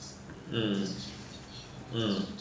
mm mm mm